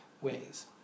ways